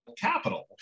capital